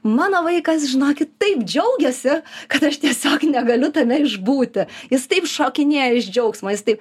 mano vaikas žinokit taip džiaugiasi kad aš tiesiog negaliu tame išbūti jis taip šokinėja iš džiaugsmo jis taip